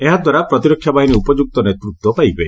ଏହାଦ୍ୱାରା ପ୍ରତିରକ୍ଷା ବାହିନୀ ଉପଯୁକ୍ତ ନେତୃତ୍ୱ ପାଇବେ